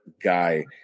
guy